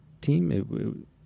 team